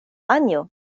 anjo